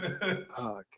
Fuck